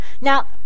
Now